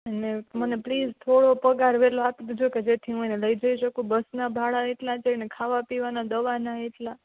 અને મને પ્લીઝ થોડો પગાર વેલો આપી દેજો જેથી કે જેથી હું એને લઈ જઈ શકું બસના ભાડા એટલા છે અને ખાવા પીવાના દવાના એટલા